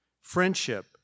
Friendship